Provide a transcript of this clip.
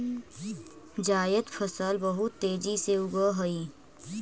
जायद फसल बहुत तेजी से उगअ हई